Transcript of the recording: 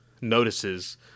notices